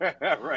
Right